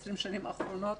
ב-20 שנים האחרונות,